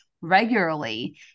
regularly